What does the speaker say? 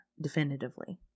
definitively